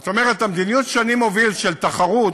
זאת אומרת, המדיניות שאני מוביל, של תחרות,